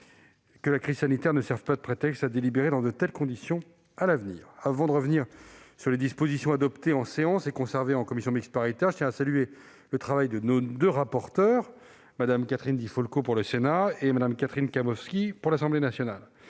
-que la crise sanitaire ne serve pas de prétexte à délibérer dans de telles conditions à l'avenir ! Avant de revenir sur les dispositions adoptées en séance et conservées en commission mixte paritaire, je tiens à saluer le travail de nos deux rapporteurs : Mme Catherine Di Folco au Sénat et Mme Catherine Kamowski à l'Assemblée nationale.